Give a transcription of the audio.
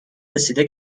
رسیده